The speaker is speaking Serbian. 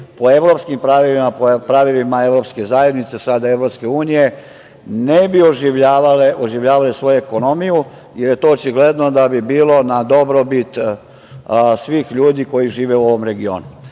po evropskim pravilima, pravilima Evropske zajednice, sada Evropske unije, ne bi oživljavale svoju ekonomiju, jer je to očigledno da bi bilo na dobrobit svih ljudi koji žive u ovom regionu. Recimo